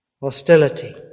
Hostility